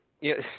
yes